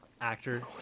actor